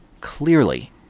clearly